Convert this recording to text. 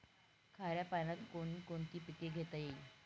खाऱ्या पाण्यात कोण कोणती पिके घेता येतील?